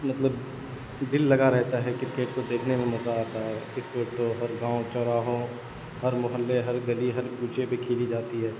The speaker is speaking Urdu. مطلب دل لگا رہتا ہے کرکٹ کو دیکھنے میں مزہ آتا ہے کرکٹ کو ہر گاؤں چوراہوں ہر محلے ہر گلی ہر کوچے پہ کھیلی جاتی ہے